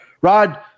Rod